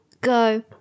go